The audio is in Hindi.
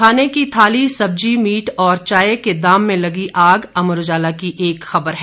खाने की थाली सब्जी मीट और चाय के दाम में लगी आग अमर उजाला की एक खबर है